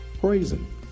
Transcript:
Praising